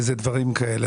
דברים כאלה,